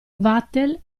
vatel